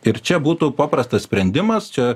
ir čia būtų paprastas sprendimas čia